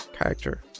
character